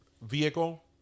vehicle